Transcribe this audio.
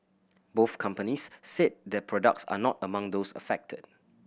both companies said their products are not among those affected